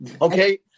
Okay